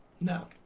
No